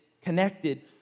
Connected